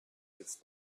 its